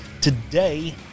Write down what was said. Today